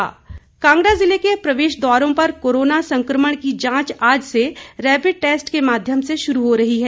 rapid test Kangra जिले के प्रवेश द्वारों पर कोरोना संक्रमण की जांच आज से रैपिड टेस्ट के माध्यम से शुरू हो रही है